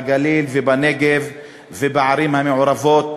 הן בגליל, בנגב ובערים המעורבות,